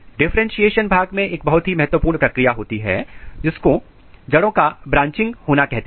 differentiation भाग में एक बहुत ही महत्वपूर्ण प्रक्रिया होती है जिसको जड़ों का ब्रांचिंग होना कहते हैं